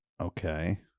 okay